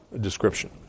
description